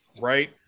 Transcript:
right